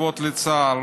טובות לצה"ל.